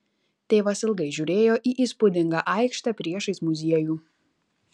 tėvas ilgai žiūrėjo į įspūdingą aikštę priešais muziejų